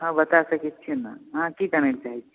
हाँ बता सकै छियै ने अहाँकि जानै लए चाहै छी